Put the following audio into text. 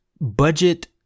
budget